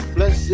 Bless